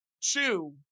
Two